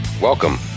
Welcome